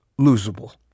losable